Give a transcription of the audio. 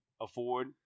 afford